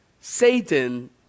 Satan